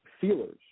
feelers